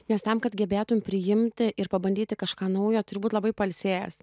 nes tam kad gebėtum priimti ir pabandyti kažką naujo turi būt labai pailsėjęs